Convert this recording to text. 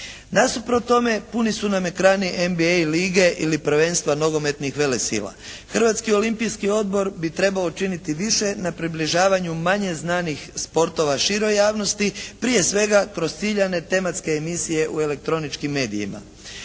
Nasuprot tome puni su nam ekrani NBA lige ili prvenstva nogometnih velesila. Hrvatski olimpijski odbor bi trebao učiniti više na približavanju manje znanih sportova široj javnosti, prije svega kroz ciljane tematske emisije u elektroničkim medijima.